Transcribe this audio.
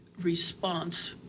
response